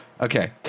Okay